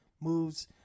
Moves